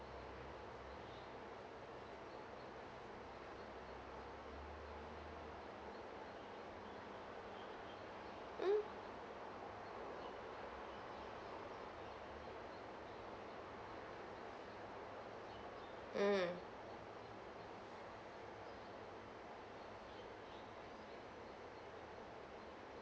mm mm